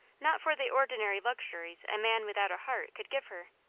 not for the ordinary luxuries a man without a heart could give her.